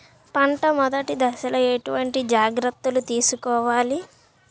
పంట మెదటి దశలో ఎటువంటి జాగ్రత్తలు తీసుకోవాలి?